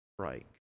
Strike